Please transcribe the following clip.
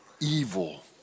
evil